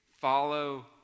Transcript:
Follow